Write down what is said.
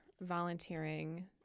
volunteering